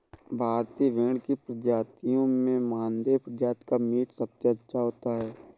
भारतीय भेड़ की प्रजातियों में मानदेय प्रजाति का मीट सबसे अच्छा होता है